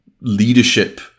leadership